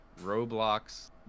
Roblox